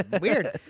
weird